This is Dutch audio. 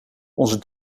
onze